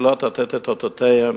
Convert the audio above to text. מתחילים לתת את אותותיהם